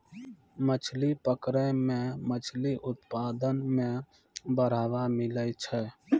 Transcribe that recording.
मछली पकड़ै मे मछली उत्पादन मे बड़ावा मिलै छै